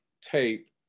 tape